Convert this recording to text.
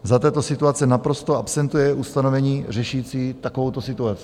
Za této situace naprosto absentuje ustanovení řešící takovouto situaci.